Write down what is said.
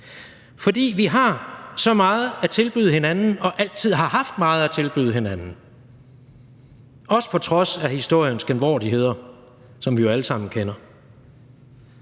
for vi har så meget at tilbyde hinanden og har altid haft meget at tilbyde hinanden, også på trods af historiens genvordigheder, som vi jo alle sammen kender.